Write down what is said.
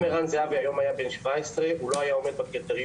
אם ערן זהבי היה היום בן 17 הוא לא היה עומד בקריטריונים,